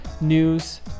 news